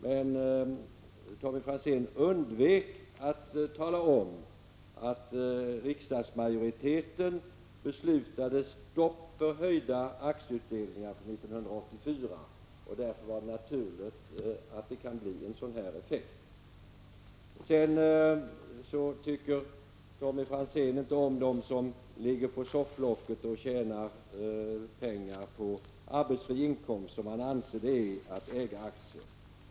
Men Tommy Franzén undvek att tala om att riksdagsmajoriteten beslutade att det inte skulle bli några höjningar av aktieutdelningarna för 1984. Då är det naturligt med en sådan effekt. Tommy Franzén tycker inte om dem som ligger på sofflocket och tjänar pengar på arbetsinkomster, som han anser att det är att äga aktier.